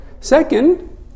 Second